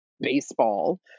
baseball